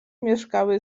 mieszkały